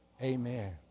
Amen